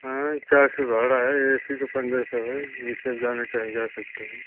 हाँ चार सौ भाड़ा है ए सी का पंद्रह सौ है जिससे जाना चाहे जा सकते हैं